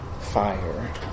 fire